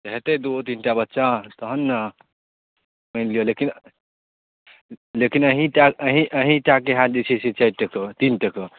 तऽ होयतै दूओ तीन टा बच्चा तहन ने मानि लिअ लेकिन लेकिन अहींँटा अहींँ अहींँटाके होएत जे छै से तीन टका